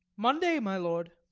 monday, my lord.